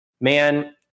man